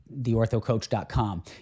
theorthocoach.com